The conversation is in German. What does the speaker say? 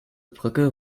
brücke